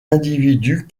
individus